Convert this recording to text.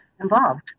involved